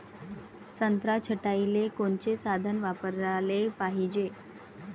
संत्रा छटाईले कोनचे साधन वापराले पाहिजे?